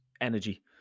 energy